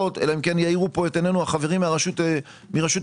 אלא אם כן יאירו פה עינינו החברים מרשות המיסים,